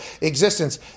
existence